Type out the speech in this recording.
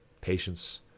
Patience